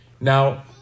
Now